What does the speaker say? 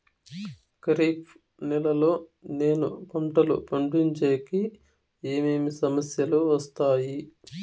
ఖరీఫ్ నెలలో నేను పంటలు పండించేకి ఏమేమి సమస్యలు వస్తాయి?